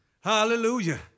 hallelujah